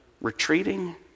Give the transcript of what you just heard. retreating